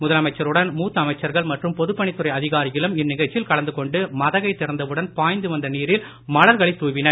முதலமைச்சருடன் மூத்த அமைச்சர்கள் மற்றும் பொதுப் பணித்துறை அதிகாரிகளும் இந்நிகழ்ச்சியில் கலந்து கொண்டு மதகை திறந்தவுடன் பாய்ந்து வந்த நீரில் மலர்களைத் தூவினர்